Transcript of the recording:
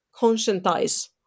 conscientize